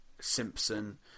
Simpson